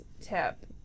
tip